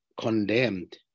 condemned